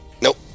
Nope